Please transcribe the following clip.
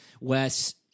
Wes